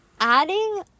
adding